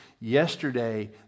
Yesterday